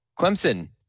Clemson